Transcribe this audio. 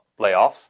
layoffs